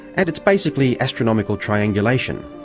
and it's basically astronomical triangulation.